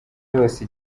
yose